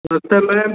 नमस्ते मैम